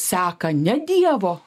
seka ne dievo